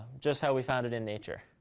just how we found it in nature.